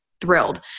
thrilled